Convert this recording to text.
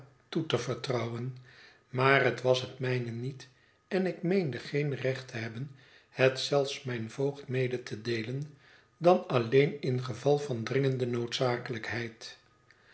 toe te vertrouwen maar het was het mijne niet en ik meende geen recht te hebben het zelfs mijn voogd mede te deelen dan alleen in geval van dringende noodzakelijkheid